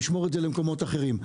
נשמור את זה למקומות אחרים.